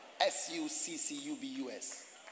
S-U-C-C-U-B-U-S